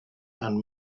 and